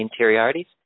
interiorities